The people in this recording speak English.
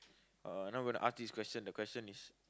uh now gonna ask this question the question is